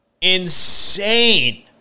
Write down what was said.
insane